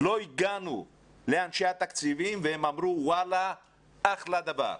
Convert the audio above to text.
לא הגענו לאנשי התקציבים והם אמרו, אחלה דבר.